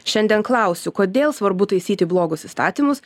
šiandien klausiu kodėl svarbu taisyti blogus įstatymus